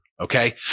Okay